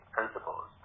principles